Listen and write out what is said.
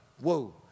whoa